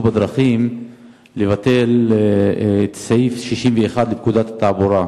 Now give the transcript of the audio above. בדרכים לבטל את סעיף 61 לפקודת התעבורה,